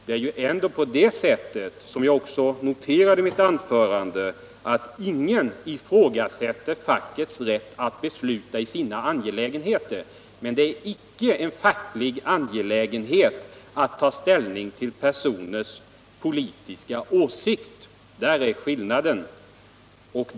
Som jag framhöll i mitt tidigare anförande, finns det ju ingen som ifrågasätter fackets rätt att besluta i sina angelägenheter, men det är icke en facklig angelägenhet att ta ställning till enskilda personers politiska åsikt. Där är skillnaden.